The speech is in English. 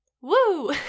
Woo